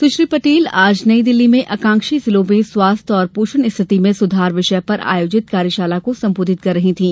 सुश्री पटेल आज नई दिल्ली में आकांक्षी जिलों में स्वास्थ्य और पोषण स्थिति में सुधार विषय पर आयोजित कार्यशाला को संबोधित कर रही थीं